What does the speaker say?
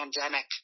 pandemic